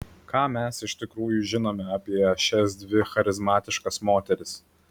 ką mes iš tikrųjų žinome apie šias dvi charizmatiškas moteris